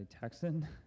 Texan